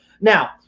Now